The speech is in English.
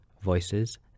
voices